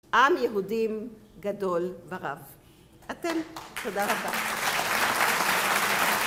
עם יהודים גדול ורב. אתם, תודה רבה.